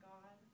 God